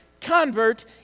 convert